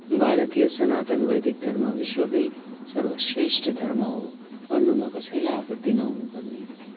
भारतीय सनातन वैदिक धर्म विश्वकै सर्वश्रेष्ठ धर्म हो भन्नुमा कसैलाई आपत्ति नहुनु पर्ने